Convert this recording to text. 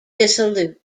dissolute